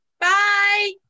Bye